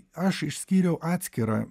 aš išskyriau atskirą